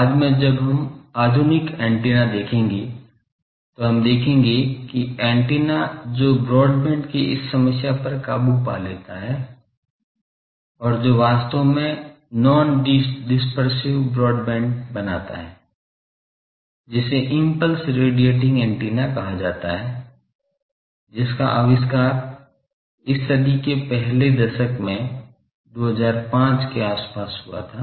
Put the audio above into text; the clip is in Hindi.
बाद में जब हम आधुनिक एंटेना देखेंगे तो हम देखेंगे कि ऐन्टेना जो ब्रॉडबैंड की इस समस्या पर काबू पा लेता है और जो वास्तव में नॉन डिस्पर्सिव ब्रॉडबैंड बनाता है जिसे इम्पल्स रेडिएटिंग ऐन्टेना कहा जाता है जिसका आविष्कार इस सदी के पहले दशक में 2005 के आसपास हुआ था